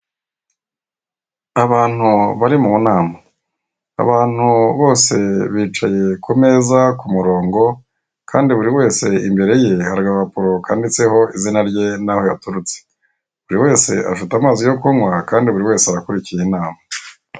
Abantu bari mu nama, abantu bose bicaye ku meza kumurongo, kandi buri wese imbere ye hari agapapuro kanditseho izinza rye naho yaturutse, buri wese afite amazi yo kunywa kandi buri wese arakurikiye inama.